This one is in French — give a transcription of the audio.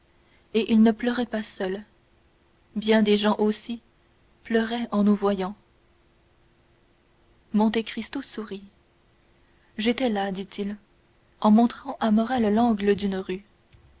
et il ne pleurait pas seul bien des gens aussi pleuraient en nous voyant monte cristo sourit j'étais là dit-il en montrant à morrel l'angle d'une rue